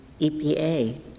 EPA